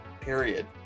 period